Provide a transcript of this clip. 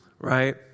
right